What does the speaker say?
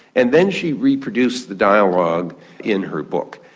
and then she reproduced the dialogue in her book.